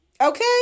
Okay